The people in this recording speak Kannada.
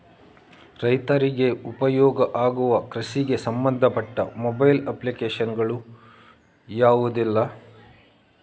ರೈತರಿಗೆ ಉಪಯೋಗ ಆಗುವ ಕೃಷಿಗೆ ಸಂಬಂಧಪಟ್ಟ ಮೊಬೈಲ್ ಅಪ್ಲಿಕೇಶನ್ ಗಳು ಯಾವುದೆಲ್ಲ?